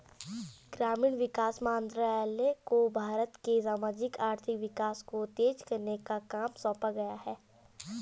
ग्रामीण विकास मंत्रालय को भारत के सामाजिक आर्थिक विकास को तेज करने का काम सौंपा गया है